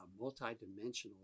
multidimensional